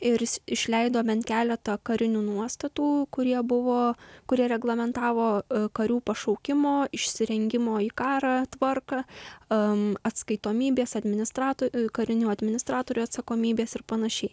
ir jis išleido bent keletą karinių nuostatų kurie buvo kurie reglamentavo karių pašaukimo išsirengimo į karą tvarką atskaitomybės administrato karinių administratorių atsakomybės ir panašiai